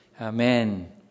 Amen